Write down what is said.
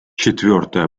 четвертая